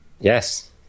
Yes